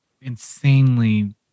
insanely